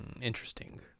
interesting